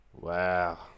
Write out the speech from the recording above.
Wow